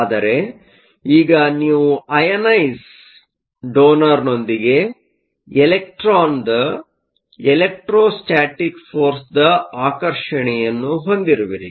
ಆದರೆ ಈಗ ನೀವು ಅಯನೈಸ಼್ ಡೋನರ್ನೊಂದಿಗೆ ಎಲೆಕ್ಟ್ರಾನ್ದ ಎಲೆಕ್ಟ್ರೋಸ್ಟಾಟಿಕ್ ಫೋರ್ಸದ ಆಕರ್ಷಣೆಯನ್ನು ಹೊಂದಿರುವಿರಿ